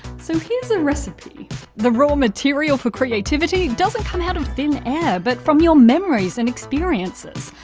so here's a recipe the raw material for creativity doesn't come out of thin air, but from your memories and experiences.